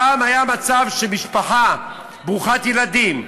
פעם היה מצב שמשפחה ברוכת ילדים,